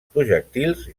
projectils